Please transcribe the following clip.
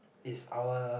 it's our